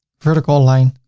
vertical line,